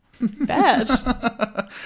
Bad